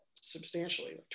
substantially